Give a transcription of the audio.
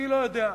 אני לא יודע,